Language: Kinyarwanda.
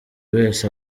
wese